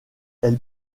elle